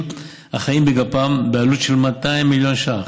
החיים בגפם בעלות של 200 מיליון ש"ח,